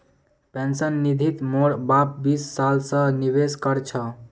pension निधित मोर बाप बीस साल स निवेश कर छ